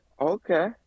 okay